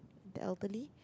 the elderly